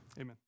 Amen